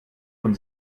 von